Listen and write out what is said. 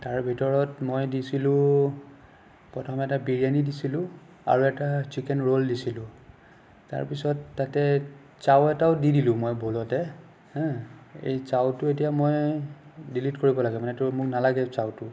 তাৰ ভিতৰত মই দিছিলোঁ প্ৰথম এটা বিৰিয়ানী দিছিলোঁ আৰু এটা চিকেন ৰ'ল দিছিলোঁ তাৰপিছত তাতে চাউ এটাও দি দিলোঁ মই ভুলতে হেঁ এই চাউটো এতিয়া মই ডিলিট কৰিব লাগে মানে এইটো মোক নালাগে চাউটো